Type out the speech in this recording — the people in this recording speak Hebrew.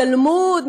תלמוד,